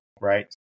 right